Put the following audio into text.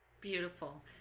Beautiful